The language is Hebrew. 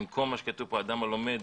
במקום מה שכתוב פה, 'אדם הלומד